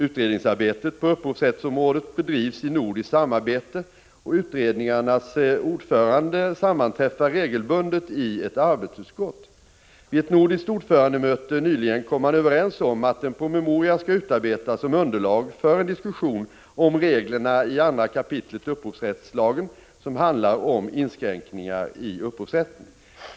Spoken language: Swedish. Utredningsarbetet på upphovsrättsområdet bedrivs i nordiskt samarbete och utredningarnas ordförande sammanträffar regelbundet i ett arbetsutskott. Vid ett nordiskt ordförandemöte nyligen kom man överens om att en promemoria skall utarbetas som underlag för en diskussion om reglerna i 2 kap. upphovsrättslagen som handlar om inskränkningar i upphovsrätten.